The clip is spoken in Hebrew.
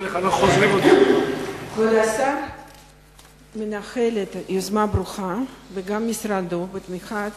כבוד השר מנהל יוזמה ברוכה, וגם משרדו, בתמיכת